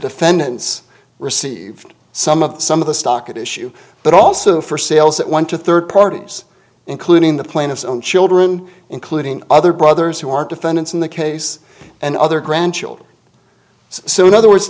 defendants received some of the some of the stock at issue but also for sales that went to third parties including the plaintiff's own children including other brothers who are defendants in the case and other grandchildren so in other words